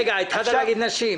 רגע, התחלת להגיד "נשים".